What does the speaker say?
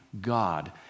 God